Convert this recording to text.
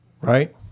Right